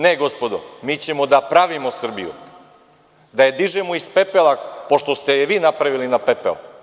Ne, gospodo, mi ćemo da pravimo Srbiju, da je dižemo iz pepela pošto ste je vi napravili na pepeo.